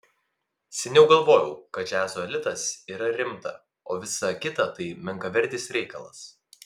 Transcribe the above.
seniau galvojau kad džiazo elitas yra rimta o visa kita tai menkavertis reikalas